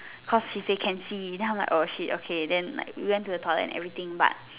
cause he say can see then I'm like err shit then we went to the toilet and everything but